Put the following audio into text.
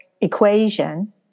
equation